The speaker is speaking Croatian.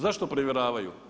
Zašto provjeravaju?